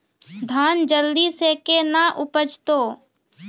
धान जल्दी से के ना उपज तो?